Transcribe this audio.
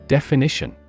Definition